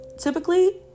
typically